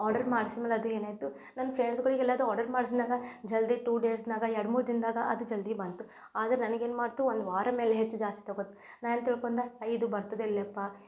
order ಮಾಡ್ಸಿದ ಮೇಲೆ ಅದು ಏನಾಯಿತು ನನ್ನ ಫ್ರೆಂಡ್ಸ್ಗಳಿಗೆಲ್ಲದು ಆರ್ಡರ್ ಮಾಡ್ಸಿದ್ನೆಲ ಜಲ್ದಿ ಟೂ ಡೇಸ್ನಾಗೆ ಎರಡು ಮೂರು ದಿನ್ದಾಗೆ ಅದು ಜಲ್ದಿ ಬಂತು ಆದ್ರೆ ನನಗ್ ಏನು ಮಾಡ್ತು ಒಂದು ವಾರದ ಮೇಲೆ ಹೆಚ್ಚು ಜಾಸ್ತಿ ತೊಗೊಳ್ತ್ ನಾನು ಏನು ತಿಳ್ಕೊಂಡೆ ಅಯ್ಯೋ ಇದು ಬರ್ತದ್ಯೋ ಇಲ್ಲಪ್ಪ